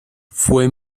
fue